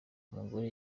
umugore